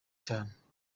cyane